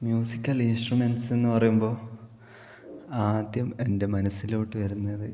musical instruments എന്ന് പറയുമ്പോൾ ആദ്യം എന്റെ മനസ്സിലോട്ട് വരുന്നത്